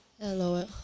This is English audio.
Hello